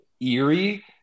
eerie